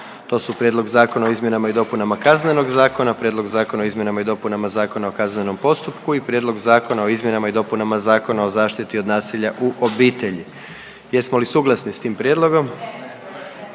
do… Zakonu o izmjenama i dopunama Kaznenog zakona, Prijedlog Zakona o izmjenama Zakona o kaznenom postupku, Prijedlog Zakona o izmjenama i dopunama Zakona o zaštiti od nasilja u obitelji. Predlagatelj